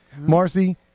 Marcy